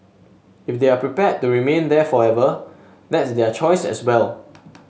if they are prepared to remain there forever that's their choice as well